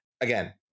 again